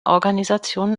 organisation